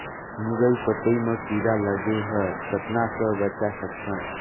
मुरई पतई म कीड़ा लगे ह कतना स बचा सकथन?